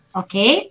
okay